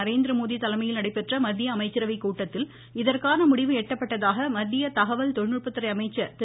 நரேந்திரமோடி தலைமையில் நடைபெற்ற மத்திய அமைச்சரவை கூட்டத்தில் இதற்கான முடிவு எட்டப்பட்டதாக மத்திய தகவல் தொழில்நுட்பத்துறை அமைச்சர் திரு